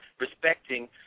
respecting